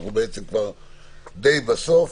שאנחנו די בסוף,